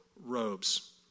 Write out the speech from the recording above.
robes